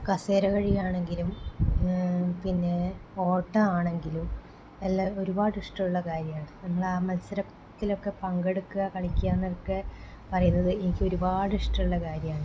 കസേര കളിയാണെങ്കിലും പിന്നെ ഓട്ടം ആണെങ്കിലും എല്ലാം ഒരുപാട് ഇഷ്ടമുള്ള കാര്യമാണ് എന്താ മത്സരത്തിലൊക്കെ പങ്കെടുക്കുക കളിക്കുക എന്നൊക്കെ പറയുന്നത് എനിക്ക് ഒരുപാട് ഇഷ്ടമുള്ള കാര്യമാണ്